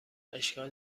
اشکال